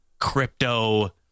Crypto